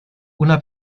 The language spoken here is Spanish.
una